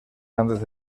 grandes